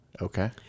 Okay